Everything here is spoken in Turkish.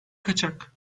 kaçak